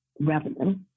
Revenue